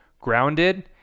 grounded